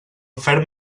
ferm